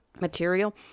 material